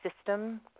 system